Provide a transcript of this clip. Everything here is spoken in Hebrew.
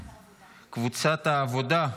קבוצת סיעת העבודה,